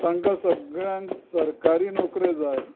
तांकां सगळ्यांक सरकारी नोकऱ्यो जाय